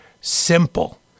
simple